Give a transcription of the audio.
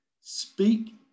speak